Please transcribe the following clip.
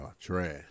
trash